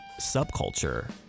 subculture